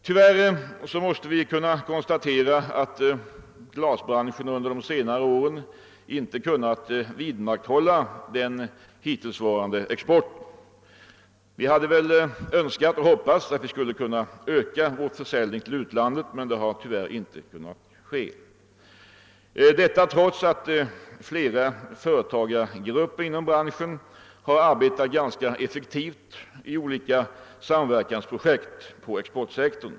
Tyvärr måste vi konstatera att glasbranschen under de senaste åren inte kunnat upprätthålla den hittillsvarande exporten. Vi hade önskat och hoppats att vi skulle kunna öka vår försäljning till utlandet men det har tyvärr inte lyckats, detta trots att flera företagsgrupper inom branschen har arbetat ganska effektivt med olika samverkansprojekt på exportsektorn.